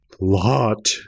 lot